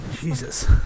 Jesus